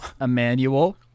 Emmanuel